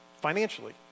Financially